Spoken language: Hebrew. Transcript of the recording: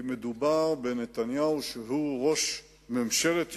כי מדובר בנתניהו, שהוא ראש ממשלת ישראל,